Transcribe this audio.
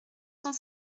cent